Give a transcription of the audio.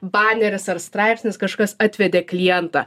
baneris ar straipsnis kažkas atvedė klientą